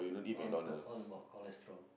all got all got cholesterol